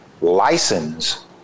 license